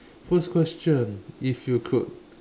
first question if you could